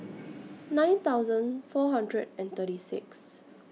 nine thousand four hundred and thirty six